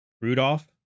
Rudolph